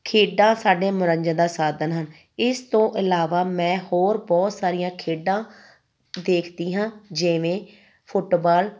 ਖੇਡਾਂ ਸਾਡੇ ਮਨੋਰੰਜਨ ਦਾ ਸਾਧਨ ਹਨ ਇਸ ਤੋਂ ਇਲਾਵਾ ਮੈਂ ਹੋਰ ਬਹੁਤ ਸਾਰੀਆਂ ਖੇਡਾਂ ਦੇਖਦੀ ਹਾਂ ਜਿਵੇਂ ਫੁੱਟਬਾਲ